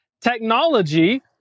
Technology